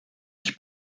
ich